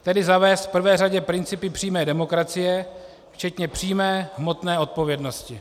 Tedy zavést v prvé řadě principy přímé demokracie včetně přímé hmotné odpovědnosti.